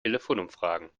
telefonumfragen